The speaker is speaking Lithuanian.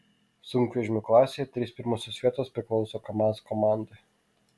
sunkvežimių klasėje trys pirmosios vietos priklauso kamaz komandai